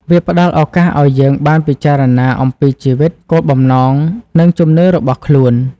វាផ្តល់ឱកាសឲ្យយើងបានពិចារណាអំពីជីវិត គោលបំណង និងជំនឿរបស់ខ្លួន។